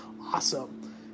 Awesome